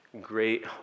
great